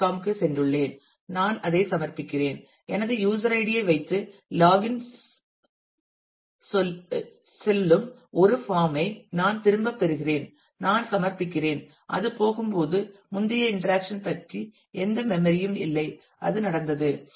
com க்குச் சென்றுள்ளேன் நான் அதைச் சமர்ப்பிக்கிறேன் எனது யூஸர் ஐடியை வைத்து லாக் இன் சொல்லும் ஒரு பாம் ஐ நான் திரும்பப் பெறுகிறேன் நான் சமர்ப்பிக்கிறேன் அது போகும்போது முந்தைய இன்டராக்சன் பற்றி எந்த மெம்மரி ம் இல்லை அது நடந்தது